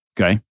Okay